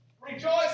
rejoice